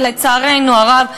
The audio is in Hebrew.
ולצערנו הרב,